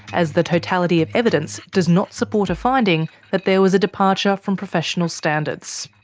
as the totality of evidence does not support a finding that there was a departure from professional standards.